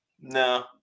No